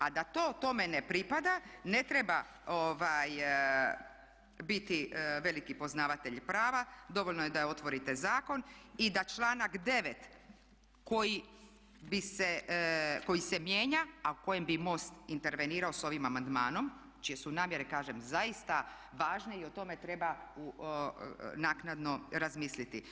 A da to tome ne pripada ne treba biti veliki poznavatelj prava, dovoljno je da otvorite zakon i da članak 9. koji se mijenja a u kojem bi MOST intervenirao sa ovim amandmanom čije su namjere kažem zaista važne i o tome treba naknadno razmisliti.